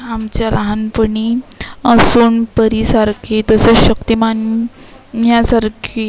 आमच्या लहानपणी सोनपरीसारखे तसेच शक्तिमान यासारखी